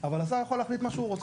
אבל השר יכול להחליט מה שהוא רוצה.